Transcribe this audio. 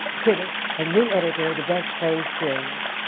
critic and new editor of the best plays series.